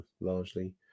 largely